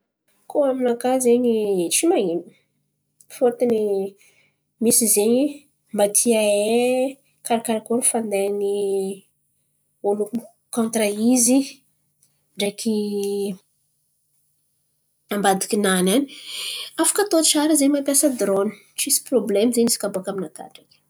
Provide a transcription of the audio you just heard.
Koa aminakà zen̈y tsy man̈ino fôtony misy zen̈y mba ty hahay karàkaràkôry fandehan'ny ôlo kontira izy ndreky ambadikinany an̈y. Afaka atao tsara zen̈y mampiasa drôny. Tsisy prôbolemo zen̈y izy kà baka aminakà ndreky.